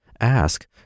ask